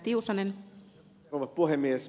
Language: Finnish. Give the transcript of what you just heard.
arvoisa rouva puhemies